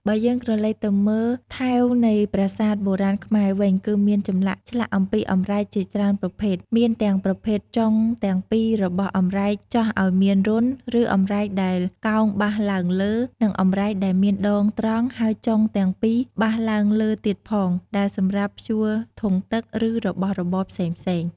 បើយើងក្រឡេកទៅមើលថែវនៃប្រាសាទបុរាណខ្មែរវិញ គឺមានចម្លាក់ឆ្លាក់អំពីអម្រែកជាច្រើនប្រភេទ មានទាំងប្រភេទចុងទាំងពីររបស់អម្រែកចោះឱ្យមានរន្ធ ឬអម្រែកដែលកោងបះឡើងលើ និងអម្រែកដែលមានដងត្រង់ហើយចុងទាំងពីបះឡើងលើទៀតផង ដែលសម្រាប់ព្យួរធុងទឹក ឬរបស់របរផ្សេងៗ។